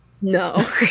No